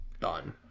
done